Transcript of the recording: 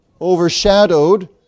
overshadowed